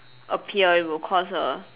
appear it would cause a